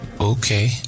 okay